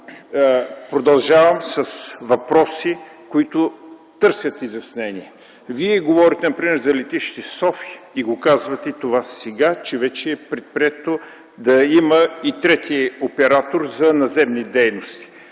продължавам с въпроси, които търсят изясняване. Вие говорите за летище София и казвате, че вече е предприето да има и трети оператор за наземни дейности.